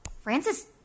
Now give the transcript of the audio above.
Francis